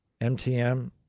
MTM